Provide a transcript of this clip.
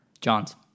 Johns